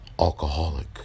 alcoholic